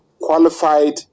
qualified